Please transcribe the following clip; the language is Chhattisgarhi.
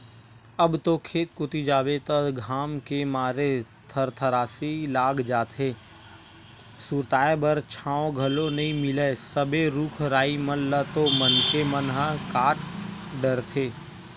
अब तो खेत कोती जाबे त घाम के मारे थरथरासी लाग जाथे, सुरताय बर छांव घलो नइ मिलय सबे रुख राई मन ल तो मनखे मन ह काट डरथे